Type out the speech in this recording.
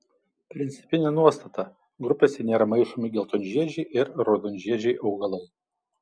principinė nuostata grupėse nėra maišomi geltonžiedžiai ir raudonžiedžiai augalai